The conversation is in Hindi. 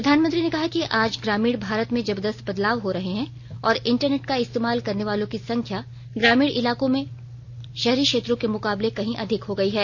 प्रधानमंत्री ने कहा कि आज ग्रामीण भारत में जबर्दस्त बदलाव हो रहे हैं और इंटरनेट का इस्तेमाल करने वालों की संख्या ग्रामीण इलाकों में शहरी क्षेत्रों के मुकाबले कहीं अधिक हो गई है